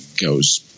Goes